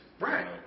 Right